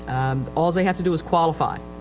um, all they have to do is qualify.